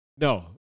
No